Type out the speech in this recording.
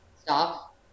stop